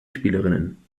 spielerinnen